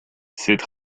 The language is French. cette